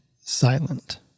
silent